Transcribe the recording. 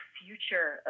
future